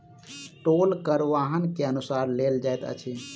टोल कर वाहन के अनुसार लेल जाइत अछि